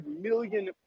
million